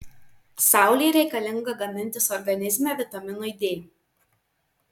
saulė reikalinga gamintis organizme vitaminui d